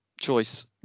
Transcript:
choice